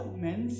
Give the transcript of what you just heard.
men